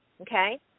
Okay